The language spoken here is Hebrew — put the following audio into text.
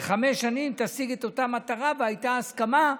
לחמש שנים, תשיג את אותה מטרה, והייתה הסכמה,